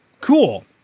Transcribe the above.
Cool